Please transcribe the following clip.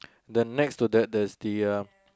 the next to that there's the